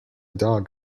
dog